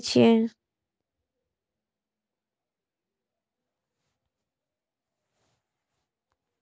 केते दिन के लिए लोन ले सके छिए?